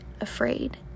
afraid